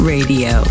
Radio